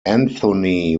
anthony